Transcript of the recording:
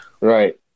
Right